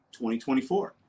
2024